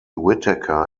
whitaker